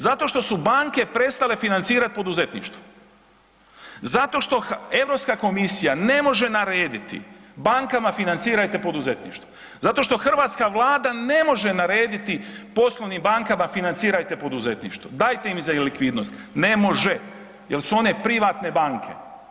Zato što su banke prestale financirati poduzetništvo zato što Europska komisija ne može narediti bankama financirajte poduzetništvo zato što hrvatska Vlada ne može narediti poslovnim bankama financirajte poduzetništvo, dajte im i za likvidnost, ne može jer su one privatne banke.